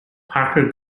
parker